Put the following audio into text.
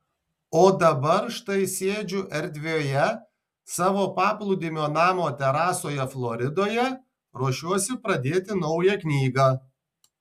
o dabar štai sėdžiu erdvioje savo paplūdimio namo terasoje floridoje ruošiuosi pradėti naują knygą